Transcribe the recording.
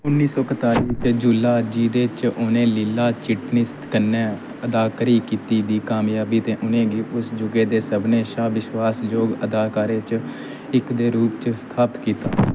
उन्नी सौ कताली च झूला जेह्दे च उ'नें लीला चिटनिस कन्नै अदाकारी कीती दी कामयाबी ते उ'नें गी उस जुगै दे सभनें शा विश्वास जोग अदाकारें चा इक दे रूप च स्थापत कीता